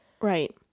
Right